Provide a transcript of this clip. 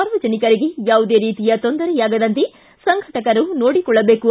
ಸಾರ್ವಜನಿಕರಿಗೆ ಯಾವುದೇ ರೀತಿಯ ತೊಂದರೆಯಾಗದಂತೆ ಸಂಘಟಕರು ನೋಡಿಕೊಳ್ಳಬೇಕು